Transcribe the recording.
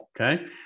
Okay